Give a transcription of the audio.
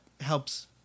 helps